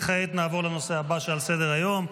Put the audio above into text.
כעת נעבור לנושא הבא שעל סדר-היום,